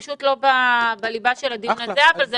הוא פשוט לא בליבת הדיון הזה אבל זה